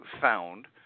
found